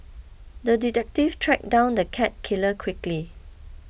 the detective tracked down the cat killer quickly